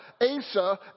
Asa